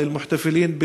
להלן תרגומם: